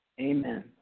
Amen